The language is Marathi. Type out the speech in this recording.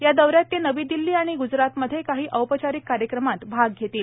या दौऱ्यात ते नवी दिल्ली आणि गुजरातमधे काही औपचारिक कार्यक्रमात भाग घेतील